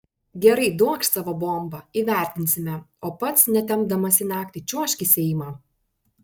gerai duokš savo bombą įvertinsime o pats netempdamas į naktį čiuožk į seimą